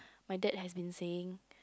my dad has been saying